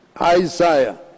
Isaiah